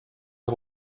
ihr